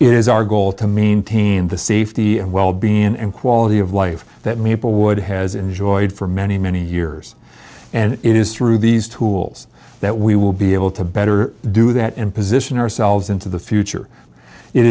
is our goal to maintain the safety and wellbeing and quality of life that maplewood has enjoyed for many many years and it is through these tools that we will be able to better do that and position ourselves into the future it